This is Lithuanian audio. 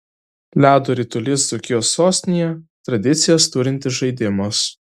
ledo ritulys dzūkijos sostinėje tradicijas turintis žaidimas